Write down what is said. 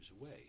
away